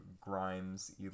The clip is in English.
grimes